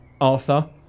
Arthur